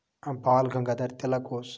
بال گَنگادر تِلَک اوس